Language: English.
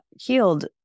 healed